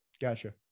Gotcha